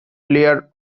player